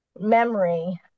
memory